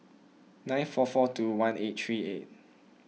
nine four four two one eight three eight